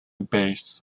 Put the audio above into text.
base